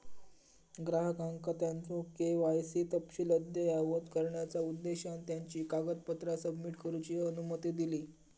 ग्राहकांका त्यांचो के.वाय.सी तपशील अद्ययावत करण्याचा उद्देशान त्यांची कागदपत्रा सबमिट करूची अनुमती दिली